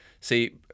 See